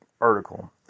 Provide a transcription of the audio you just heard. article